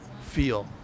feel